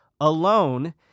alone